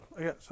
yes